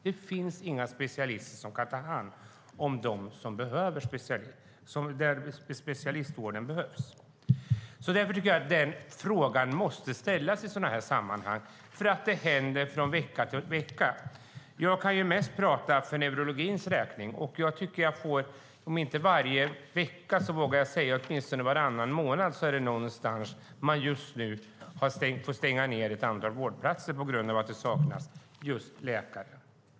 Det finns inga specialister som kan ta hand om dem som behöver specialistvård. Frågan måste ställas, för detta händer vecka efter vecka. Jag kan främst tala för neurologins räkning. Om det inte är varje vecka så är det åtminstone varannan månad man får stänga ett antal vårdplatser på grund av att det saknas just läkare.